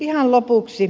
ihan lopuksi